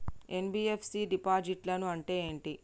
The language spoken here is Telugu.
ఎన్.బి.ఎఫ్.సి డిపాజిట్లను అంటే ఏంటి?